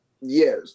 Yes